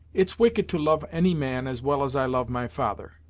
it's wicked to love any man as well as i love my father,